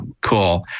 cool